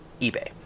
eBay